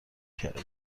کرده